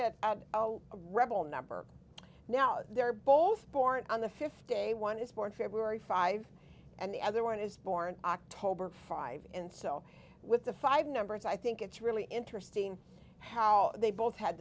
a rebel number now they're both born on the fifth day one is born february five and the other one is born october drive and so with the five numbers i think it's really interesting how they both had